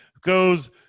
goes